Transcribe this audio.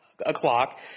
o'clock